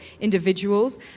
individuals